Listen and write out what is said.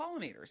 pollinators